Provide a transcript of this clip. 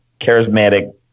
charismatic